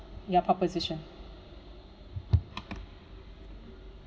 ya proposition